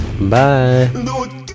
bye